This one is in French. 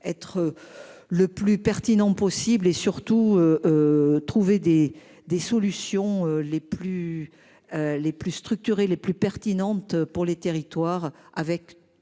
être. Le plus pertinent possible et surtout. Trouver des des solutions les plus. Les plus structurés les plus pertinentes pour les territoires avec tous